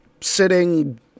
sitting